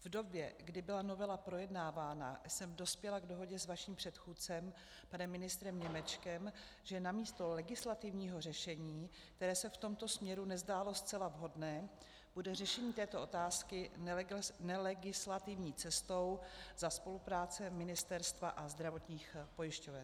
V době, kdy byla novela projednávána, jsem dospěla k dohodě s vaším předchůdcem, panem ministrem Němečkem, že namísto legislativního řešení, které se v tomto směru nezdálo zcela vhodné, bude řešení této otázky nelegislativní cestou za spolupráce ministerstva a zdravotních pojišťoven.